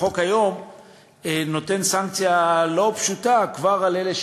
החוק כבר היום נותן סנקציה לא פשוטה על אלה,